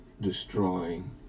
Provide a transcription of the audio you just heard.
destroying